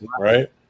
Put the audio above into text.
Right